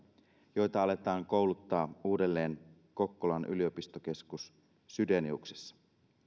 joita aletaan kouluttaa uudelleen kokkolan yliopistokeskus chydeniuksessa